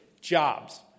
jobs